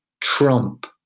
trump